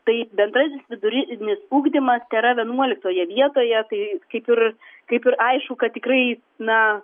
tai bendrasis vidurinis ugdymas tėra vienuoliktoje vietoje tai kaip ir kaip ir aišku kad tikrai na